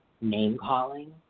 name-calling